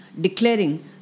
declaring